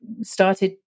started